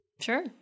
Sure